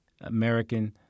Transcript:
American